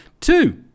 two